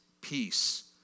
peace